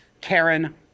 Karen